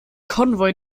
konvoi